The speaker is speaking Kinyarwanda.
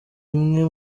imwe